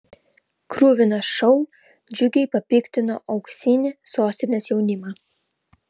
kruvinas šou džiugiai papiktino auksinį sostinės jaunimą